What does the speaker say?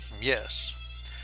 Yes